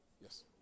Yes